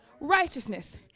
righteousness